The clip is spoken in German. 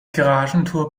garagentor